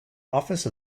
office